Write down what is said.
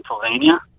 Pennsylvania